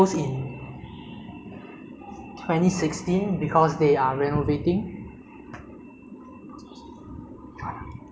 so this place closed in twenty sixteen because they are renovating for a new station but as far as I know the the government is keeping it